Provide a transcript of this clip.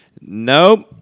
nope